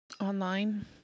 Online